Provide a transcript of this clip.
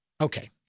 Okay